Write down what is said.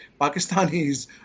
Pakistanis